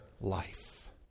life